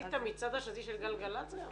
עשית את המצעד השנתי של גלגל"צ היום?